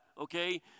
okay